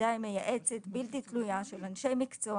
ועדה מייעצת בלתי תלויה של אנשי מקצוע